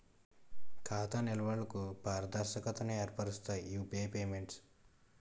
ఖాతా నిల్వలకు పారదర్శకతను ఏర్పరుస్తాయి యూపీఐ పేమెంట్స్